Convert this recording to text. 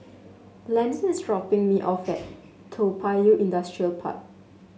Landon is dropping me off at Toa Payoh Industrial Park